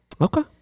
Okay